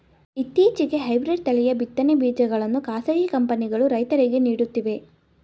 ಇತ್ತೀಚೆಗೆ ಹೈಬ್ರಿಡ್ ತಳಿಯ ಬಿತ್ತನೆ ಬೀಜಗಳನ್ನು ಖಾಸಗಿ ಕಂಪನಿಗಳು ರೈತರಿಗೆ ನೀಡುತ್ತಿವೆ